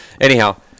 anyhow